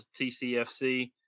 TCFC